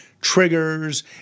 triggers